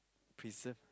preserve